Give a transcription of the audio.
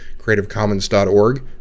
creativecommons.org